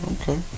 Okay